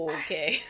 okay